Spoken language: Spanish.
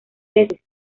tesis